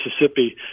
Mississippi